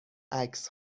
عکس